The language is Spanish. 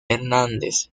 hernández